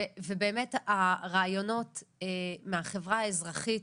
באמת הרעיונות מהחברה האזרחית